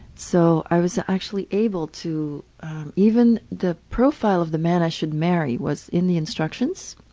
so i was actually able to even the profile of the man i should marry was in the instructions.